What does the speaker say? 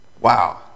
Wow